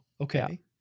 okay